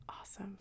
awesome